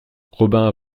robin